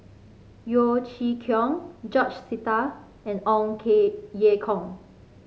Yeo Chee Kiong George Sita and Ong Ye Kung